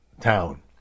town